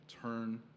turn